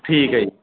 ਠੀਕ ਹੈ ਜੀ